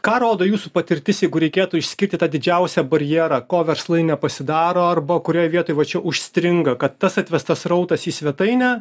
ką rodo jūsų patirtis jeigu reikėtų išskirti tą didžiausią barjerą ko verslui nepasidaro arba kurioj vietoj va čia užstringa kad tas atvestas srautas į svetainę